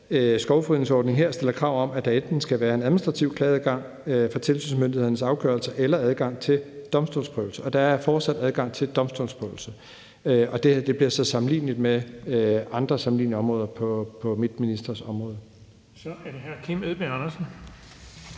skovrydningsforordningen her stiller krav om, at der enten skal være en administrativ klageadgang til tilsynsmyndighedens afgørelse eller adgang til domstolsprøvelse. Og der er fortsat adgang til domstolsprøvelse. Det bliver så sammenligneligt med andre lignende områder på mit ministeriums område. Kl. 20:18 Den fg. formand